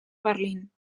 berlín